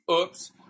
Oops